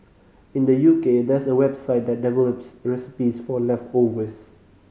in the U K there's a website that develops recipes for leftovers